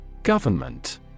Government